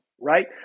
right